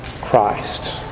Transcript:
Christ